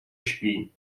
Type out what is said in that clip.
śpi